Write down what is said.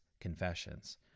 confessions